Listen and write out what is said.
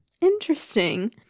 interesting